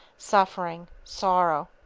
suffering, sorrow.